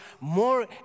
more